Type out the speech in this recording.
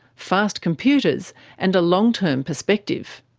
fast computers and a long-term perspective.